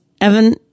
Evan